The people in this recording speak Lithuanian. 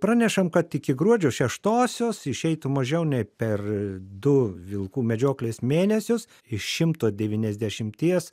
pranešam kad iki gruodžio šeštosios išeitų mažiau nei per du vilkų medžioklės mėnesius iš šimto devyniasdešimties